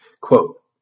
Quote